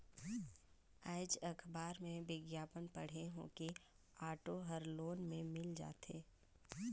आएज अखबार में बिग्यापन पढ़े हों कि ऑटो हर लोन में मिल जाथे